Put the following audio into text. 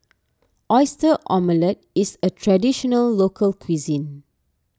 Oyster Omelette is a Traditional Local Cuisine